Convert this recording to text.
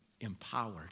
empowered